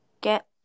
get